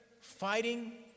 fighting